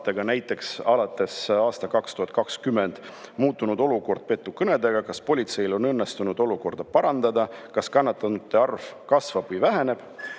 näiteks alates aastast 2020, muutunud olukord petukõnedega? Kas politseil on õnnestunud olukorda parandada, kas kannatanute arv kasvab või väheneb?